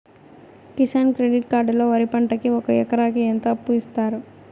Kisan credit card లో వరి పంటకి ఒక ఎకరాకి ఎంత అప్పు ఇస్తారు?